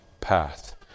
path